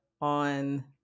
on